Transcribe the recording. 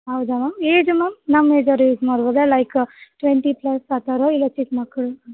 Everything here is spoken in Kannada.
ಹೌದಾ ಮ್ಯಾಮ್ ಏಜ್ ಮ್ಯಾಮ್ ನಮ್ಮ ಏಜಿನವ್ರು ಯೂಸ್ ಮಾಡ್ಬೌದಾ ಲೈಕ ಟ್ವೆಂಟಿ ಪ್ಲಸ್ ಆ ಥರ ಎಲ್ಲ ಅಥ್ವಾ ಚಿಕ್ಕ ಮಕ್ಕಳುನು